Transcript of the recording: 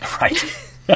Right